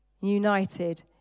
united